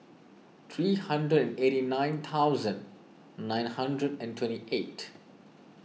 three hundred and eighty nine thousand nine hundred and twenty eight